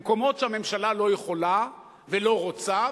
במקומות שהממשלה לא יכולה ולא רוצה,